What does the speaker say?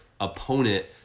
opponent